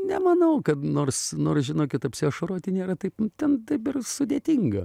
nemanau kad nors nors žinokit apsiašaroti nėra taip ten ir sudėtinga